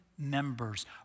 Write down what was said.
Members